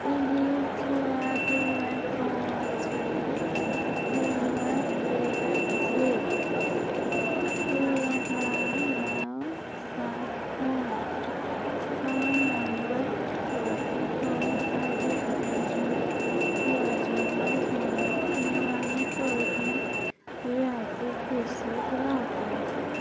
please ژور ٲٹھ پانٛژھ ژور ٲٹھ ترٛےٚ زٕ ٲٹھ نَو نَو سَتھ پانٛژھ پرٛان نمبر خٲطرٕ ہاو اَٹل پٮ۪نشَن یوجناہَس منٛز میٛانہِ پٔتۍمہِ رٮ۪تُک حِصُک رقم